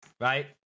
Right